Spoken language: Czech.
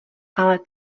ale